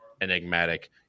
Enigmatic